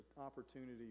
opportunity